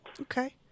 Okay